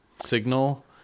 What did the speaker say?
signal